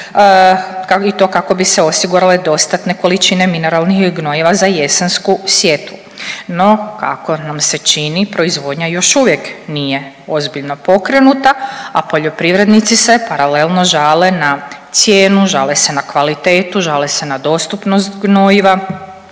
i to kako bi se osigurale dostatne količine mineralnih gnojiva za jesensku sjetvu. No, kako nam se čini proizvodnja još uvijek nije ozbiljno pokrenuta, a poljoprivrednici se paralelno žale na cijenu, žale se na kvalitetu, žale se na dostupnost gnojiva.